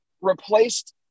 replaced